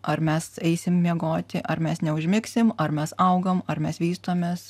ar mes eisim miegoti ar mes neužmigsim ar mes augam ar mes vystomės